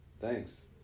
Thanks